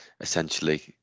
essentially